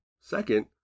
Second